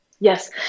Yes